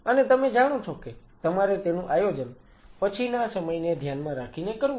અને તમે જાણો છો કે તમારે તેનું આયોજન પછીના સમયને ધ્યાનમાં રાખીને કરવું જોઈએ